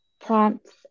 prompts